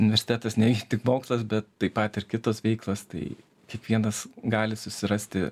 universitetas ne vien tik mokslas bet taip pat ir kitos veiklos tai kiekvienas gali susirasti